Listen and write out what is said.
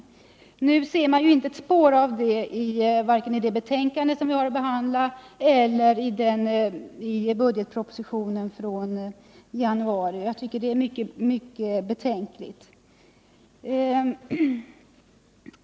Av detta ser man inte ett spår vare sig i utskottsbetänkandet eller i budgetpropositionen. Det är mycket betänkligt.